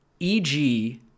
EG